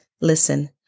Listen